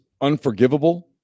unforgivable